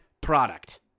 product